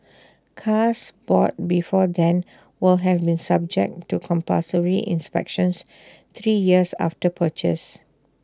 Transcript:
cars bought before then will have been subject to compulsory inspections three years after purchase